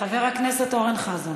חבר הכנסת אורן חזן,